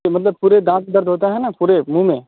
کہ مطلب پورے دانت میں درد ہوتا ہے نا پورے منہ میں